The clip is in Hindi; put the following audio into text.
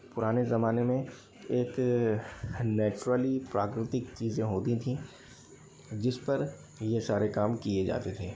पुराने जमाने में एक नैचुरली प्राकृतिक चीज़ें होती थीं जिस पर ये सारे काम किए जाते थे